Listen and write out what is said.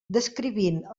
descrivint